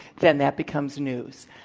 then that becomes news,